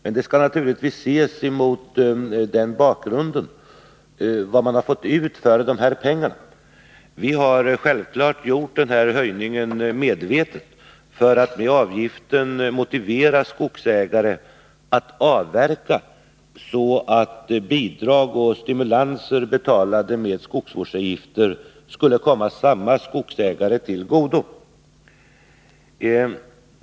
Men det skall naturligtvis ses mot bakgrund av vad man här fått ut för pengarna. Vi har självfallet företagit den här höjningen medvetet — för att med avgiften motivera skogsägare att avverka; bidrag och stimulanser, betalade med skogsvårdsavgiftsmedel, kommer då samma skogsägare till godo.